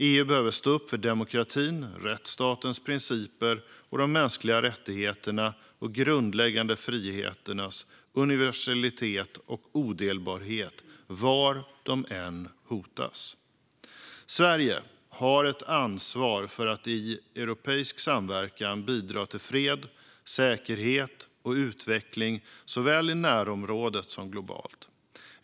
EU behöver stå upp för demokratin, för rättsstatens principer och för de mänskliga rättigheternas och de grundläggande friheternas universalitet och odelbarhet var de än hotas. Sverige har ett ansvar för att i europeisk samverkan bidra till fred, säkerhet och utveckling såväl i närområdet som globalt.